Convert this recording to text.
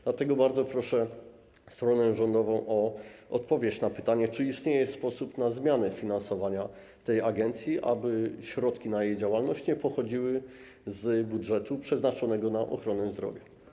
Dlatego bardzo proszę stronę rządową o odpowiedź na pytanie: Czy istnieje sposób na zmianę finansowania tej agencji, aby środki na jej działalność nie pochodziły z budżetu przeznaczonego na ochronę zdrowia?